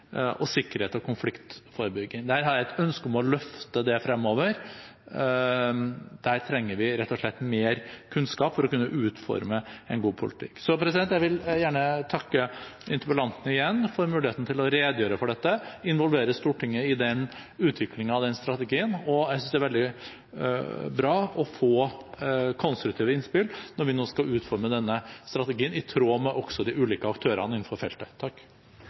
og sikkerhet og konfliktforebygging. Jeg har et ønske om å løfte det fremover. Der trenger vi rett og slett mer kunnskap for å kunne utforme en god politikk. Jeg vil gjerne takke interpellanten igjen for muligheten til å redegjøre for dette og involvere Stortinget i utviklingen av den strategien. Jeg synes det er veldig bra å få konstruktive innspill når vi nå skal utforme denne strategien, i tråd med også de ulike aktørene innenfor feltet.